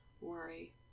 worry